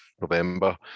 November